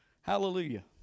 Hallelujah